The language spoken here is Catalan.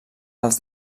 als